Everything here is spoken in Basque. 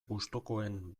gustukoen